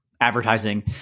Advertising